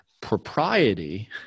propriety